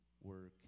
work